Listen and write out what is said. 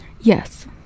Yes